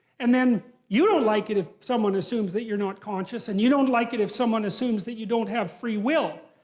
and you don't like it if someone assumes that you're not conscious, and you don't like it if someone assumes that you don't have free will.